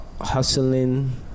Hustling